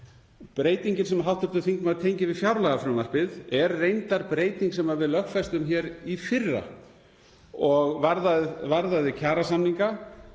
Breytingin sem hv. þingmaður tengir við fjárlagafrumvarpið er reyndar breyting sem við lögfestum í fyrra og varðaði kjarasamninga